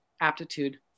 aptitude